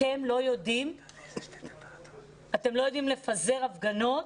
אתם לא יודעים לפזר הפגנות,